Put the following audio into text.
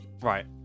Right